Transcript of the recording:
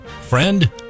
friend